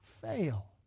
fail